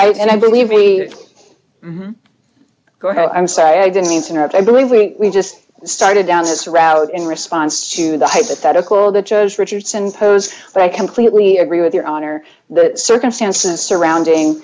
would and i believe we go ahead i'm sorry i didn't mean to interrupt i believe we just started down this route in response to the hypothetical that shows richardson's pose but i completely agree with your honor the circumstances surrounding